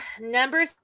number